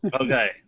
okay